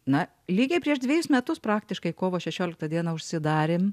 na lygiai prieš dvejus metus praktiškai kovo šešioliktą dieną užsidarėm